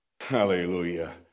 Hallelujah